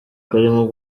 karimo